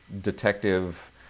detective